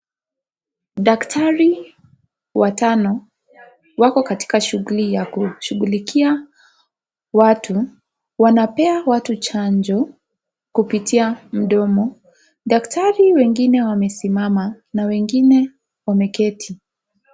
Daktari watano wako katika shughuli ya kushughulikia watu. Wanapea watu chanjo, kupitia mdomo. Daktari wengine wamesimama na wengine wameketi.